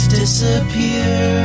disappear